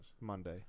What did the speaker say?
monday